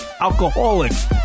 alcoholics